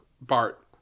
Bart